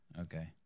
Okay